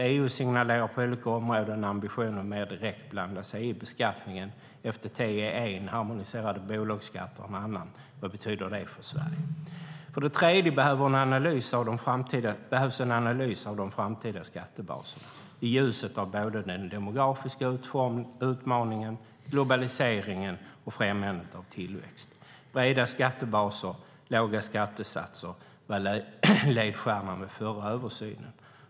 EU signalerar på olika områden en ambition att mer direkt blanda sig i beskattningen - FTT är en, och harmoniserade bolagsskatter är en mannan. Vad betyder det för Sverige? För det tredje behövs en analys av de framtida skattebaserna i ljuset av både den demografiska utmaningen, globaliseringen och främjandet av tillväxt. Breda skattebaser och låga skattesatser var ledstjärnan vid förra översynen.